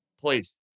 Please